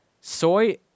Soy